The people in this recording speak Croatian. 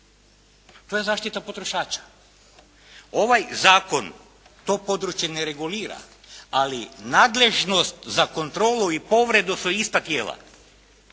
To je zaštita potrošača. Ovaj Zakon to područje ne regulira, ali nadležnost za kontrolu i povredu su ista tijela.